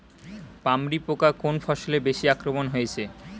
পামরি পোকা কোন ফসলে বেশি আক্রমণ হয়েছে?